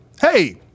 hey